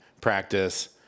Practice